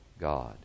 God